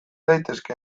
daitezke